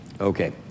Okay